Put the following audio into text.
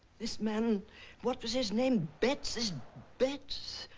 this man what was his name betts? this betts.